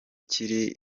kiri